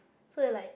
so like